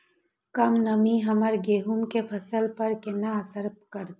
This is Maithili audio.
कम नमी हमर गेहूँ के फसल पर केना असर करतय?